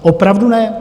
Opravdu ne.